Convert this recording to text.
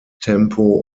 tempo